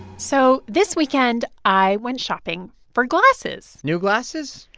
so this weekend, i went shopping for glasses new glasses?